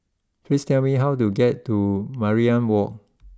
please tell me how to get to Mariam walk